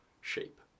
shape